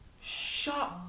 Shut